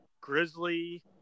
Grizzly